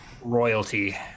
royalty